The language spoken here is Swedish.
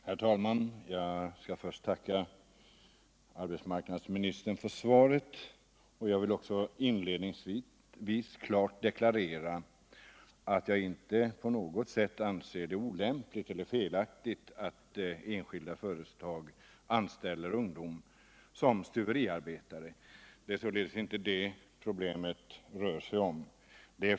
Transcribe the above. Herr talman! Jag skall först tacka arbetsmarknadsministern för svaret. Jag vill inledningsvis klart deklarera att jag inte anser det på något vis olämpligt eller felaktigt att enskilda företag anställer ungdomar såsom stuveriarbetare. Det är således inte det problemet rör sig om.